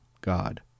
god